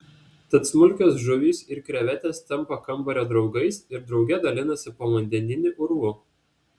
tad smulkios žuvys ir krevetės tampa kambario draugais ir drauge dalinasi povandeniniu urvu